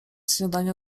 śniadania